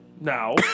Now